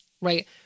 right